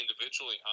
individually